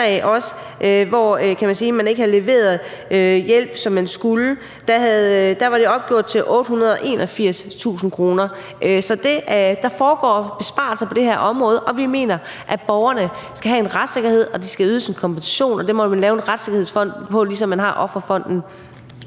at man ikke har leveret hjælp, som man skulle. Der var det opgjort til 881.000 kr. Så der foregår besparelser på det her område, og vi mener, at borgerne skal have en retssikkerhed, og at de skal have ydet en kompensation, og det må man lave en retssikkerhedsfond for, ligesom man har Offerfonden.